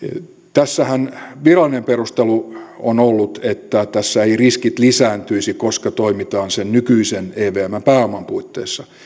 tässähän virallinen perustelu on ollut että tässä eivät riskit lisääntyisi koska toimitaan sen nykyisen evmn pääoman puitteissa